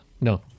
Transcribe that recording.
no